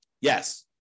Yes